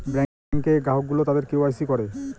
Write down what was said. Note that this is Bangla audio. ব্যাঙ্কে গ্রাহক গুলো তাদের কে ওয়াই সি করে